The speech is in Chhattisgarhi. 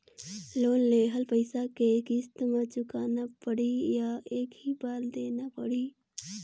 लोन लेहल पइसा के किस्त म चुकाना पढ़ही या एक ही बार देना पढ़ही?